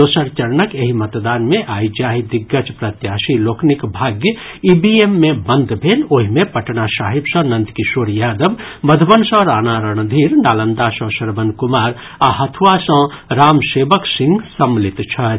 दोसर चरणक एहि मतदान मे आइ जाहि दिग्गज प्रत्याशी लोकनिक भाग्य ईवीएम मे बंद भेल ओहि मे पटना साहिब सँ नंद किशोर यादव मध्रबन सँ राणा रणधीर नालंदा सँ श्रवण कुमार आ हथुआ सँ राम सेवक सिंह सम्मिलित छथि